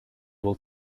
will